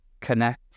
connect